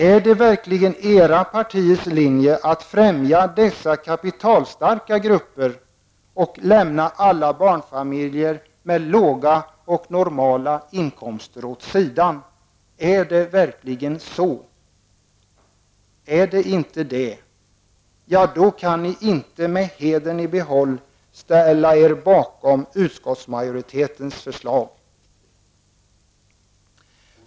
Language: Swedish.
Är det verkligen era partiers linjer att främja dessa kapitalstarka grupper och lämna alla barnfamiljer med låga och normala inkomster åt sidan? Är det verkligen så? Är det inte det, ja, då kan ni inte med hedern i behåll ställa er bakom utskottsmajoritetens förslag.